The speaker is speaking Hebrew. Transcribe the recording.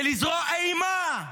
בלזרוע אימה,